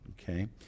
okay